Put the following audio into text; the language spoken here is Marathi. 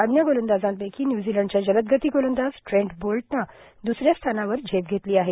अन्य गोलंदाजांपैकी न्युझीलंडच्या जलदगती गोलंदाज बोल्टनं दुस या स्थानावर झेप धेतली आहे